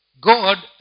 God